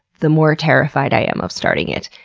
the more terrified i am of starting it.